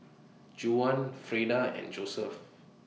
Juwan Frieda and Joesph